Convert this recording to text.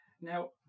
Now